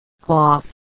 cloth